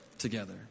together